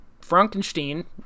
frankenstein